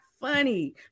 funny